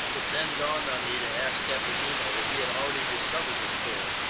it then dawned on me to ask captain nemo if he had already discovered this pole,